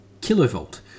kilovolt